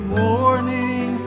morning